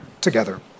together